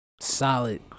solid